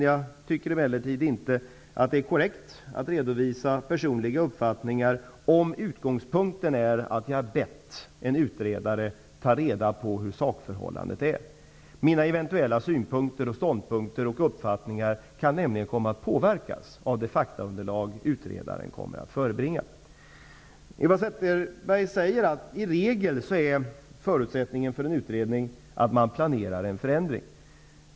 Jag tycker emellertid inte att det är korrekt att redovisa personliga uppfattningar, om utgångspunkten är att jag har bett en utredare ta reda på hur sakförhållandet är. Mina eventuella synpunkter, ståndpunkter och uppfattningar kan nämligen komma att påverkas av det faktaunderlag utredaren kommer att förebringa. Eva Zetterberg säger att förutsättningen för en utredning i regel är att man planerar en förändring.